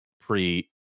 pre